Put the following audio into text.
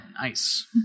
Nice